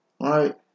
right